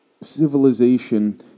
civilization